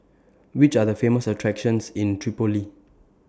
Which Are The Famous attractions in Tripoli